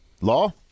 Law